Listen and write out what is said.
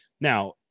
Now